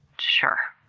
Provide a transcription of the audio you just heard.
sure.